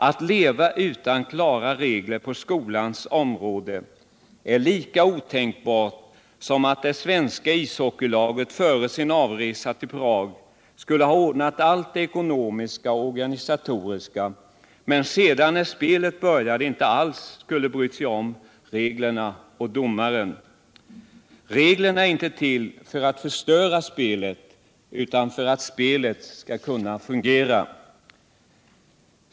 Att leva utan klara regler på skolans område är lika otänkbart som att det svenska ishockeylaget före sin avresa till Prag skulle ha ordnat allt det ekonomiska och organisatoriska men sedan, när spelet började, inte alls skulle bry sig om reglerna och domaren. Reglerna är inte till för att förstöra spelet utan för att spelet skall kunna fungera.